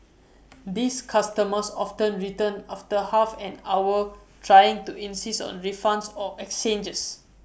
these customers often return after half an hour trying to insist on refunds or exchanges